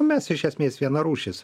mes iš esmės vienarūšis